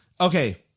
okay